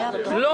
לא